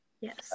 Yes